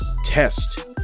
test